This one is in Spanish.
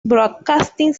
broadcasting